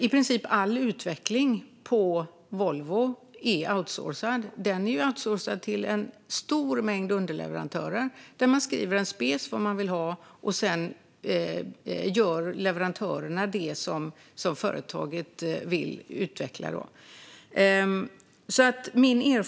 I princip all utveckling på Volvo är outsourcad till en stor mängd underleverantörer. Man skriver en specifikation på vad man vill ha, och sedan gör leverantörerna det som företaget vill utveckla.